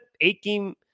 eight-game